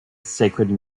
sacred